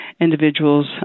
individuals